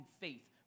faith